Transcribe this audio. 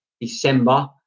December